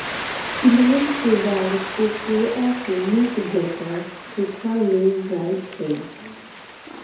किण्वन के बाद कोकोआ के नीक जकां सुखा लेल जाइ छइ